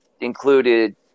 included